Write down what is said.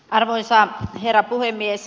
arvoisa herra puhemies